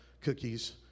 cookies